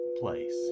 place